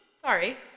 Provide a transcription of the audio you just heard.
sorry